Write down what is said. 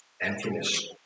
emptiness